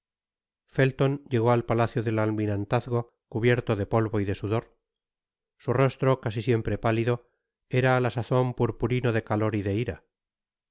felton llegó al palacio del almirantazgo cubierto de polvo y de sudor su rostro casi siempre pálido era á la sazon purpurino de calor y de ira